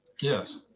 yes